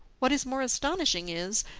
what is more astonishing is,